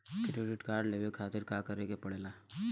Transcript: Credit card लेवे खातिर का करे के पड़ेला?